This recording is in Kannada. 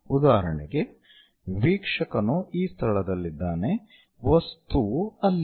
ಉದಾಹರಣೆಗೆ ವೀಕ್ಷಕನು ಈ ಸ್ಥಳದಲ್ಲಿದ್ದಾನೆ ವಸ್ತುವು ಅಲ್ಲಿದೆ